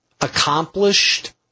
accomplished